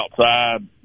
outside